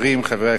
בשם ועדת החוקה,